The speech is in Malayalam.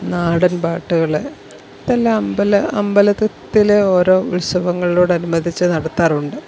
നാടൻപാട്ടുകൾ ഇതെല്ലാം അമ്പല അമ്പലത്തിൽ ഓരോ ഉത്സവങ്ങളോടനുബന്ധിച്ച് നടത്താറുണ്ട്